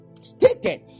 stated